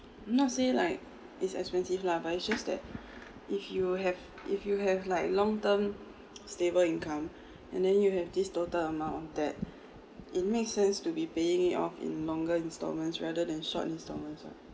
not say like it's expensive lah but it's just that if you have if you have like long term stable income and then you have this total amount that it makes sense to be paying it off in longer instalments rather than short instalments right